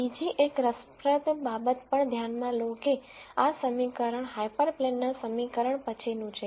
બીજી એક રસપ્રદ બાબત પણ ધ્યાનમાં લો કે આ સમીકરણ હાયપરપ્લેન નાસમીકરણ પછીનું છે